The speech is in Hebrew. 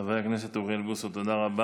חבר הכנסת אוריאל בוסו, תודה רבה.